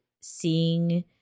seeing